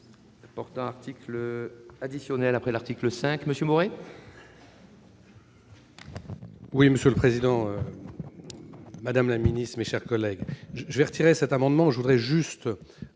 Je vais retirer cet amendement,